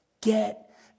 Get